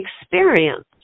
experience